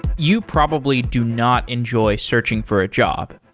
you probably do not enjoy searching for a job.